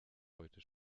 heute